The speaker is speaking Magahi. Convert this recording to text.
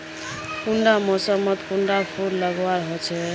कुंडा मोसमोत कुंडा फुल लगवार होछै?